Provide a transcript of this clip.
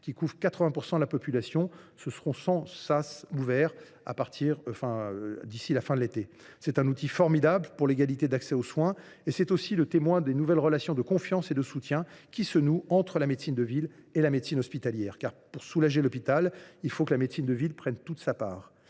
qui couvrent 80 % de la population. D’ici à la fin de l’été, 100 SAS auront été ouverts. C’est un outil formidable pour l’égalité d’accès aux soins, et c’est aussi le témoin des nouvelles relations de confiance et de soutien qui se nouent entre la médecine de ville et la médecine hospitalière. En effet, pour soulager l’hôpital, il faut que la médecine de ville prenne toute sa part.